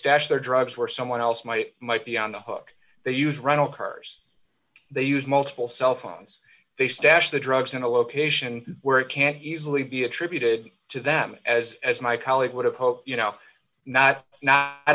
stash their drugs where someone else might might be on the hook they use rental cars they use multiple cell phones they stash the drugs in a location where it can't easily be attributed to them as as my colleague would have hoped you know not n